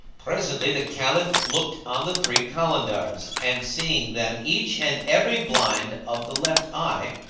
presently the caliph looked on the three kalandars and, seeing them each and every blind of the left eye,